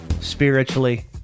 spiritually